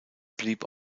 blieb